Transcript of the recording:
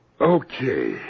Okay